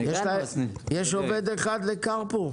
יש עובד אחד לקרפור?